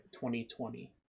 2020